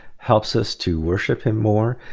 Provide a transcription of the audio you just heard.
helps us to worship him more,